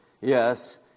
yes